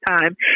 time